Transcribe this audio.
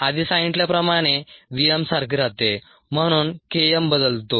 आधी सांगितल्याप्रमाणे v m सारखे राहते म्हणून K m बदलतो